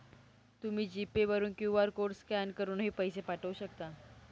तुम्ही G Pay वरून QR code scan करूनही पैसे पाठवू शकता